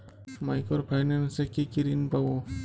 Micro finance এ কি কি ঋণ পাবো?